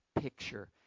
picture